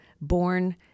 born